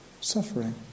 suffering